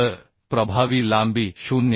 तर प्रभावी लांबी 0